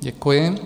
Děkuji.